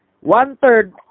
One-third